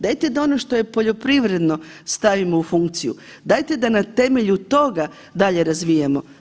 Dajte da ono što je poljoprivredno stavimo u funkciju, dajte da na temelju toga dalje razvijamo.